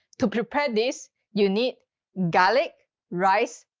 to prepare this, you need garlic, rice,